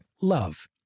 Love